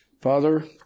Father